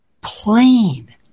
plain